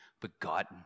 begotten